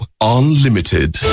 unlimited